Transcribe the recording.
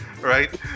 Right